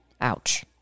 ouch